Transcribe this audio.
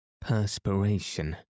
perspiration